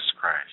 Christ